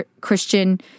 Christian